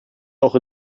auch